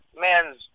man's